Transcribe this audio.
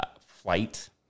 flight